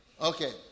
Okay